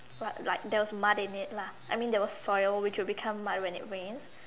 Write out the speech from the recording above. but like there was like mud in it lah I mean there was soil which would become mud when it rains